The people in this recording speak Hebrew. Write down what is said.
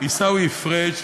עיסאווי פריג',